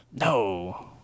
No